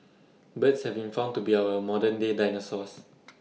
birds have been found to be our modern day dinosaurs